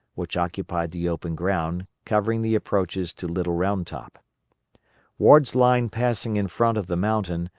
which occupied the open ground covering the approaches to little round top ward's line passing in front of the mountain,